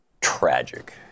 tragic